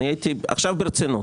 עכשיו ברצינות,